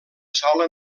sola